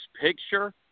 picture